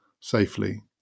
safely